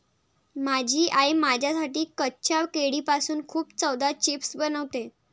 माझी आई माझ्यासाठी कच्च्या केळीपासून खूप चवदार चिप्स बनवते